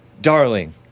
darling